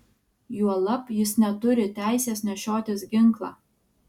juolab jis neturi teisės nešiotis ginklą